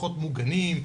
פחות מוגנים,